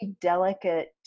delicate